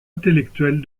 intellectuelle